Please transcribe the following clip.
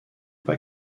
pas